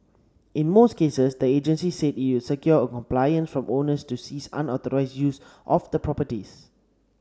in most cases the agency said it secured compliance from owners to cease unauthorised use of the properties